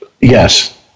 Yes